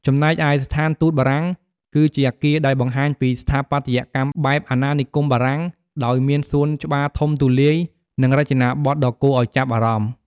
ចំណែកឯស្ថានទូតបារាំង គឺជាអគារដែលបង្ហាញពីស្ថាបត្យកម្មបែបអាណានិគមបារាំង ដោយមានសួនច្បារធំទូលាយ និងរចនាបថដ៏គួរឱ្យចាប់អារម្មណ៍។